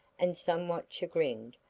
and somewhat chagrined,